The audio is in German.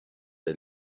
der